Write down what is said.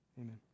Amen